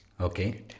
Okay